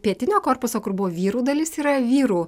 pietinio korpuso kur buvo vyrų dalis yra vyrų